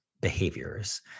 behaviors